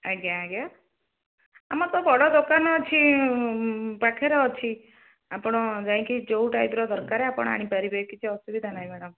ଆଜ୍ଞା ଆଜ୍ଞା ଆମର ତ ବଡ଼ ଦୋକାନ ଅଛି ପାଖରେ ଅଛି ଆପଣ ଯାଇଁକି ଯେଉଁ ଟାଇପ୍ର ଦରକାର ଆପଣ ଆଣିପାରିବେ କିଛି ଅସୁବିଧା ନାହିଁ ମ୍ୟାଡ଼ାମ୍